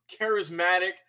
charismatic